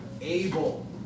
able